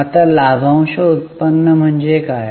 आता लाभांश उत्पन्न म्हणजे काय